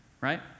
right